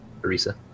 Arisa